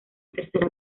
tercera